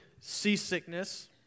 seasickness